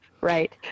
right